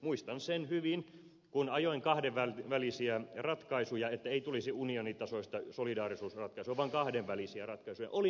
muistan sen hyvin että kun ajoin kahdenvälisiä ratkaisuja että ei tulisi unionitasoista solidaarisuusratkaisua vaan kahdenvälisiä ratkaisuja olin välillä yksin